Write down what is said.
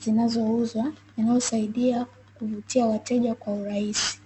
zinazo uzwa, yanayosaidia kuvutia weteja kwa urahisi.